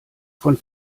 von